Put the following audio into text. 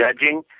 judging